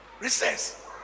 recess